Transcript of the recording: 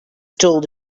told